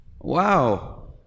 wow